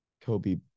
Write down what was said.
Kobe